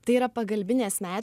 tai yra pagalbinės medžia